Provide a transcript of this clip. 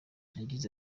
yagize